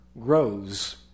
grows